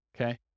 okay